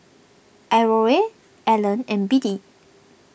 Aurore Alan and Biddie